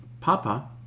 Papa